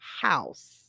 house